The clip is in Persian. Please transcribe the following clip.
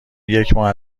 یکماه